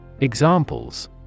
Examples